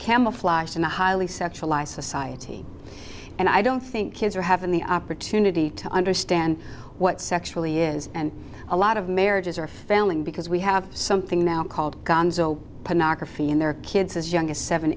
camouflaged in a highly sexualized society and i don't think kids are having the opportunity to understand what sexually is and a lot of marriages are failing because we have something now called gonzo feel and their kids as